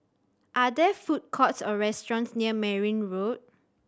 are there food courts or restaurants near Merryn Road